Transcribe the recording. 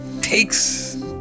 takes